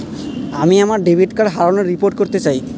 আমি আমার debit card হারানোর রিপোর্ট করতে চাই